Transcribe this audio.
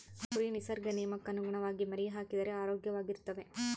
ಕುರಿ ನಿಸರ್ಗ ನಿಯಮಕ್ಕನುಗುಣವಾಗಿ ಮರಿಹಾಕಿದರೆ ಆರೋಗ್ಯವಾಗಿರ್ತವೆ